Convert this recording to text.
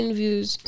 views